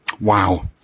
Wow